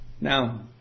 Now